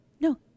No